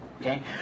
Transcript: Okay